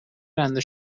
رنده